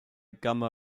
gamma